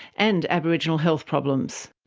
and aboriginal health problems.